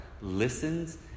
listens